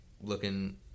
looking